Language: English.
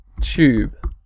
tube